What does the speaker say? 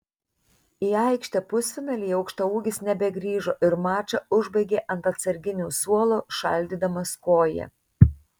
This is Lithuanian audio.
į aikštę pusfinalyje aukštaūgis nebegrįžo ir mačą užbaigė ant atsarginių suolo šaldydamas koją